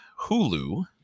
Hulu